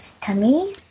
tummy